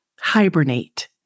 hibernate